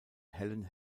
helen